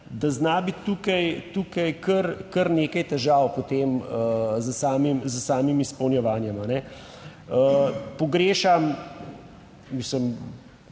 da zna biti tukaj kar nekaj težav potem s samim, s samim izpolnjevanjem. Pogrešam, mislim